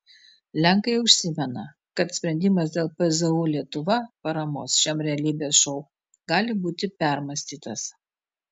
lenkai užsimena kad sprendimas dėl pzu lietuva paramos šiam realybės šou gali būti permąstytas